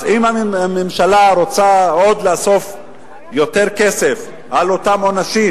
אז אם הממשלה רוצה לאסוף עוד יותר כסף על אותם עונשים,